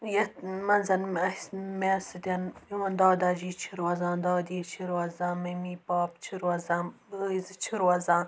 یَتھ منٛزَن اسہِ مےٚ سۭتۍ میٛون دادا جِی چھُ روزان دادی چھِ روزان مَمِی پاپہٕ چھِ روزان بھٲے زٕ چھِ روزان